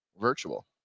virtual